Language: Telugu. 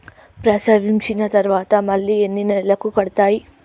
ప్రసవించిన తర్వాత మళ్ళీ ఎన్ని నెలలకు కడతాయి?